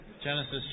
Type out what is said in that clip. Genesis